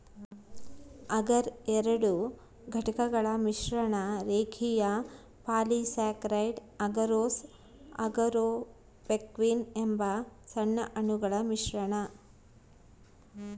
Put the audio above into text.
ಅಗರ್ ಎರಡು ಘಟಕಗಳ ಮಿಶ್ರಣ ರೇಖೀಯ ಪಾಲಿಸ್ಯಾಕರೈಡ್ ಅಗರೋಸ್ ಅಗಾರೊಪೆಕ್ಟಿನ್ ಎಂಬ ಸಣ್ಣ ಅಣುಗಳ ಮಿಶ್ರಣ